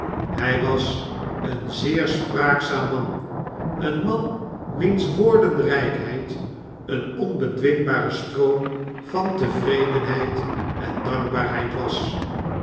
hij was een zeer spraakzaam man een man wiens woordenrykheid een onbedwingbare stroom van tevredenheid en dankbaarheid was